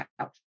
couch